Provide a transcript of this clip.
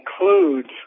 includes